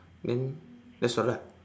then that's all ah